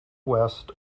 west